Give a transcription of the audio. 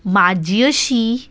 म्हजी अशीं